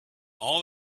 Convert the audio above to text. all